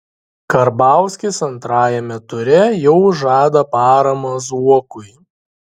karbauskis antrajame ture jau žada paramą zuokui